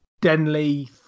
Denley